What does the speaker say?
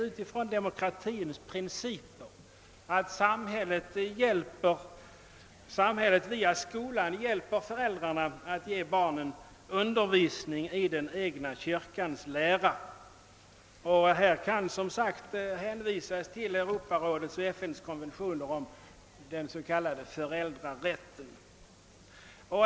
Utifrån demokratins principer anser vi det vara angeläget att samhället via skolan hjälper föräldrarna att ge barnen undervisning i den egna kyrkans lära. Här kan som sagt hänvisas till Europarådets och FN:s konventioner om den s.k. föräldrarätten.